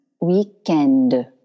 Weekend